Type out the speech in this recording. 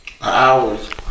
Hours